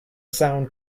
sound